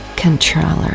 Controller